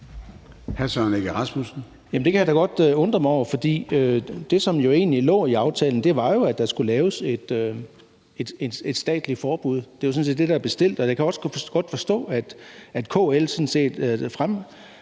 det kan jeg da godt undre mig over, for det, der egentlig lå i aftalen, var jo, at der skulle laves et statsligt forbud. Det er sådan set det, der er bestilt. Jeg kan også godt forstå, at KL sådan set fremhæver,